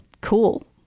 cool